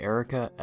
Erica